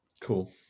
Cool